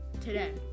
today